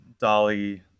Dolly